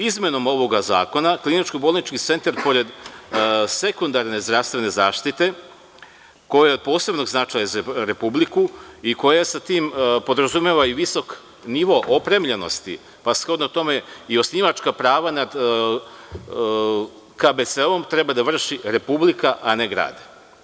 Izmenom ovog zakona, kliničko-bolnički centar, pored sekundarne zdravstvene zaštite, koja je od posebnog značaja za Republiku i koja sa tim podrazumeva i visok nivo opremljenosti pa shodno tome i osnivačka prava nad KBC-om, treba da vrši Republika, a ne grad.